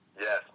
Yes